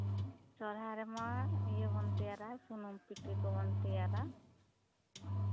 ᱥᱚᱨᱦᱟᱭ ᱨᱮᱢᱟ ᱤᱭᱟᱹ ᱵᱚᱱ ᱛᱮᱭᱟᱨᱟ ᱥᱩᱱᱩᱢ ᱯᱤᱴᱷᱟᱹ ᱠᱚᱵᱚᱱ ᱛᱮᱭᱟᱨᱟ